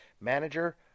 manager